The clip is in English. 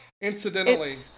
incidentally